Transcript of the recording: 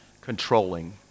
controlling